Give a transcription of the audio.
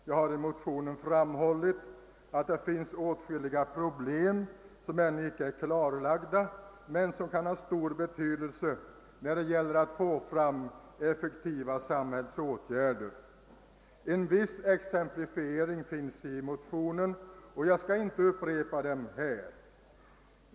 Jag har i motionen framhållit att det finns åtskilliga problem som ännu icke är klarlagda men som kan ha stor betydelse när det gäller att få fram effektiva samhällsåtgärder. En viss exemplifiering lämnas i motionen, och jag skall icke upprepa den här.